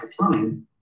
plumbing